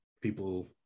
people